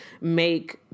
make